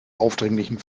aufdringlichen